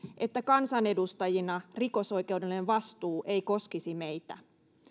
että kansanedustajina rikosoikeudellinen vastuu ei koskisi meitä